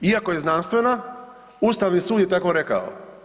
Iako je znanstvena, Ustavni sud je tako rekao.